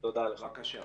בבקשה.